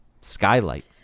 skylight